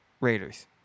Raiders